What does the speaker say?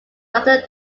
rather